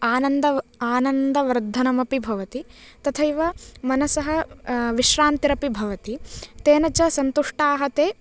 आनन्द आनन्दवर्धनमपि भवति तथैव मनसः विश्रान्तिरपि भवति तेन च सन्तुष्टाः ते